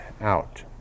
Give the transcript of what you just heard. out